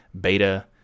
beta